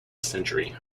century